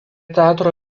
teatro